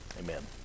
amen